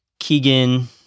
Keegan